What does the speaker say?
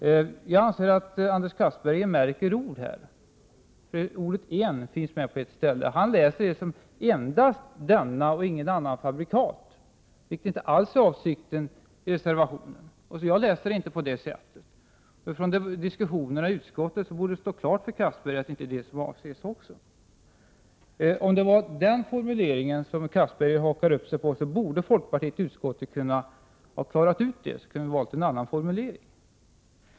Jag anser att Anders Castberger märker ord. Ordet ”en” finns med på ett ställe. Han läser det som ”endast detta och inget annat fabrikat” vilket inte alls är avsikten med reservationen. Jag läser det inte på det sättet. Efter diskussionerna i utskottet borde det stå klart även för Anders Castberger att det inte är det som avses. Om det var den formuleringen som Anders Castberger hakade upp sig på, borde folkpartiet i utskottet ha kunnat klara ut det. Då hade vi kunnat välja en annan formulering.